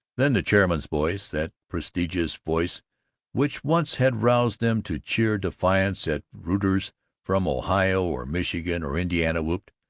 then the chairman's voice, that prodigious voice which once had roused them to cheer defiance at rooters from ohio or michigan or indiana, whooped,